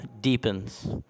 deepens